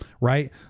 Right